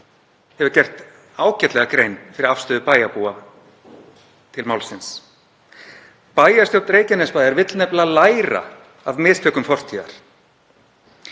hefur gert ágætlega grein fyrir afstöðu bæjarbúa til málsins. Bæjarstjórn Reykjanesbæjar vill nefnilega læra af mistökum fortíðar.